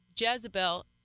jezebel